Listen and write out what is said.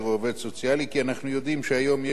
כי אנחנו יודעים שהיום יש הרבה מטפלים כאלה.